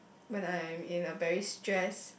when I am in a very stress